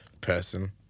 person